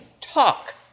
talk